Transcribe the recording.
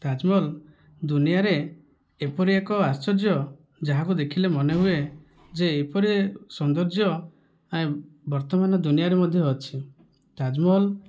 ତାଜମହଲ ଦୁନିଆଁରେ ଏପରି ଏକ ଆଶ୍ଚର୍ଯ୍ୟ ଯାହାକୁ ଦେଖିଲେ ମନେ ହୁଏ ଯେ ଏପରି ସୌନ୍ଦର୍ଯ୍ୟ ବର୍ତ୍ତମାନ ଦୁନିଆଁରେ ମଧ୍ୟ ଅଛି ତାଜମହଲ